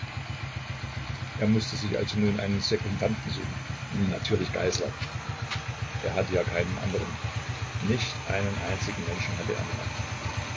er mußte sich also nun einen sekundanten suchen natürlich geißler er hatte ja keinen anderen nicht einen einzigen menschen hatte er mehr